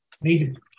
Need